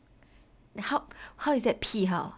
how how is that 批号